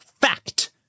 fact